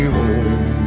home